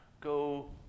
go